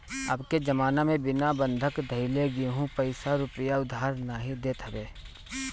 अबके जमाना में बिना बंधक धइले केहू पईसा रूपया उधार नाइ देत हवे